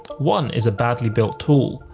one is a badly built tool,